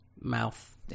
Mouth